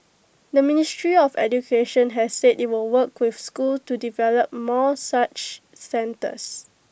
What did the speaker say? the ministry of education has said IT will work with schools to develop more such centres